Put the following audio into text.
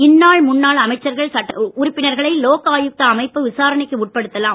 இன்னாள் முன்னாள் அமைச்சர்கள் சட்டமன்ற உறுப்பினர்களை லோக் ஆயுக்தா அமைப்புவிசாரணைக்கு உட்படுத்தலாம்